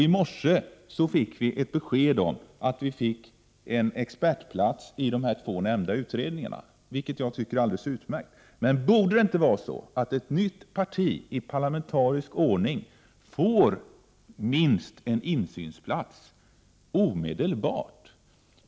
I morse fick vi besked om att vi skulle få en expertplats i de två här nämnda utredningarna, vilket jag tycker är alldeles utmärkt. Borde inte ett nytt parti i parlamentarisk ordning omedelbart få minst en insynsplats?